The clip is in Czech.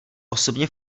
osobně